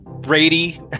brady